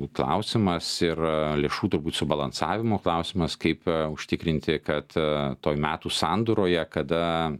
klausimas ir lėšų turbūt subalansavimo klausimas kaip užtikrinti kad toj metų sandūroje kada